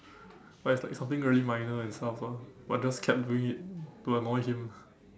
like it's like something really minor and stuff ah but just kept doing it to annoy him